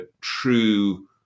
true